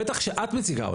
בטח שאת מציגה אותה,